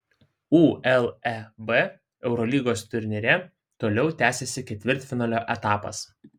uleb eurolygos turnyre toliau tęsiasi ketvirtfinalio etapas